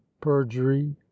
perjury